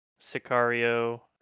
Sicario